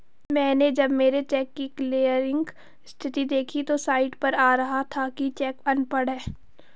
मैनें जब मेरे चेक की क्लियरिंग स्थिति देखी तो साइट पर आ रहा था कि चेक अनपढ़ है